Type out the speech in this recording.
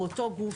אותו גוף,